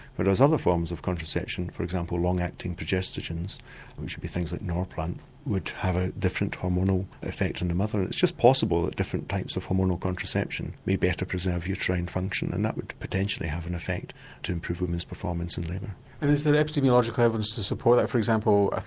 whereas other forms of contraception, for example long-acting progestogens which will be things like norplant would have a different hormonal effect in the mother, it's just possible that different types of hormonal contraception may better preserve uterine and function, and that would potentially have an effect to improve women's performance in labour. and is there epidemiological evidence to support that? for example, ah